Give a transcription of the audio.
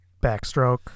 backstroke